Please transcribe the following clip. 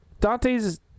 Dante's